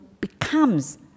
becomes